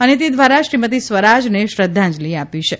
અને તે દ્વારા શ્રીમતિ સ્વરાજને શ્રધ્ધાંજલિ આપી છે